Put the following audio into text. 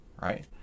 right